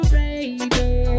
baby